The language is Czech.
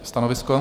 Stanovisko?